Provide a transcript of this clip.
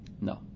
no